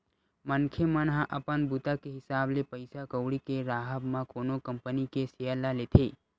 मनखे मन ह अपन बूता के हिसाब ले पइसा कउड़ी के राहब म कोनो कंपनी के सेयर ल लेथे